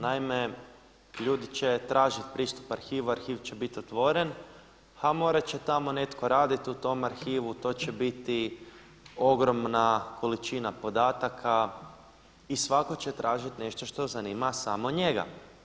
Naime, ljudi će tražiti pristup arhivu, arhiv će biti otvoren, a morati će tamo netko raditi u tom arhivu, to će biti ogromna količina podataka i svatko će tražiti nešto što zanima samo njega.